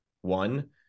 one